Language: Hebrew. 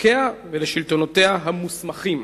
לחוקיה ולשלטונותיה המוסמכים".